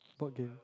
board game